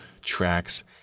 Tracks